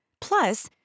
Plus